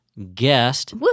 guest